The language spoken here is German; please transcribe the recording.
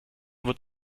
wird